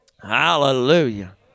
hallelujah